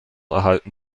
erhalten